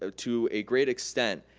ah to a great extent,